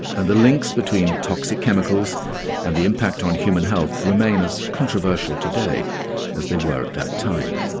and the links between toxic chemicals and the impact on human health remain as controversial today as they were at that time.